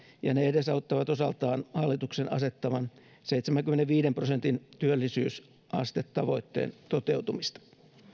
ja ne edesauttavat osaltaan hallituksen asettaman seitsemänkymmenenviiden prosentin työllisyysastetavoitteen toteutumista